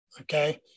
Okay